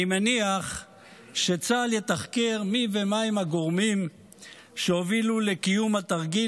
אני מניח שצה"ל יתחקר ומי ומהם הגורמים שהובילו לקיום התרגיל